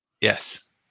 Yes